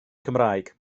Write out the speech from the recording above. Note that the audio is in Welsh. cymraeg